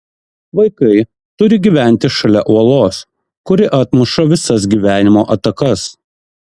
vaikai turi gyventi šalia uolos kuri atmuša visas gyvenimo atakas